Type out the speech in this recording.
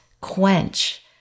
quench